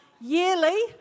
yearly